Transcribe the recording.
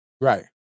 Right